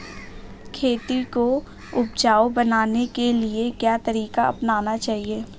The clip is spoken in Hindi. खेती को उपजाऊ बनाने के लिए क्या तरीका अपनाना चाहिए?